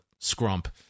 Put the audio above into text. scrump